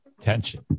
Tension